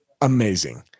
amazing